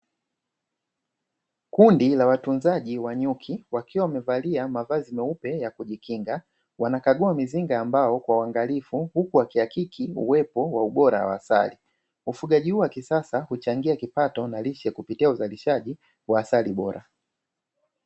Kundi la watunzaji wa nyuki wakiwa wamevalia mavazi meupe ya kujikinga wanakagua mizinga ambao kwa waangalifu huku wakihakiki uwepo wa ubora wa asali, ufugaji huo wa kisasa kuchangia kipato na lishe kupitia uzalishaji wa asali bora.